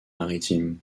maritimes